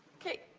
okay,